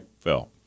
fell